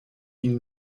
ihn